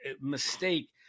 mistake